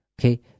okay